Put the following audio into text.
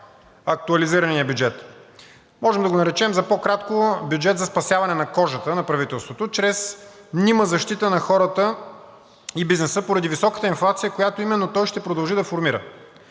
актуализираният бюджет? Можем да го наречем за по-кратко бюджет за спасяване на кожата на правителството чрез мнима защита на хората и бизнеса поради високата инфлация, която именно той ще продължи да формира.